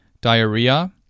diarrhea